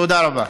תודה רבה.